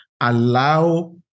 allow